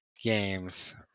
games